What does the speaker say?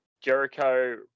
Jericho